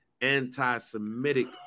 anti-Semitic